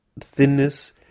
thinness